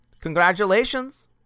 Congratulations